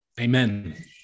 Amen